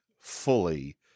fully